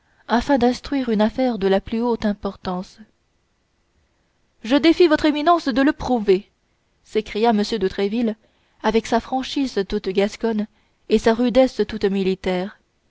afin d'instruire une affaire de la plus haute importance je défie votre éminence de le prouver s'écria m de tréville avec sa franchise toute gasconne et sa rudesse toute militaire